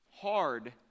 hard